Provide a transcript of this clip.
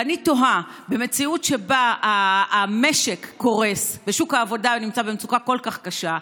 ואני תוהה: במציאות שבה המשק קורס ושוק העבודה נמצא במצוקה כל כך קשה,